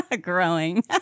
Growing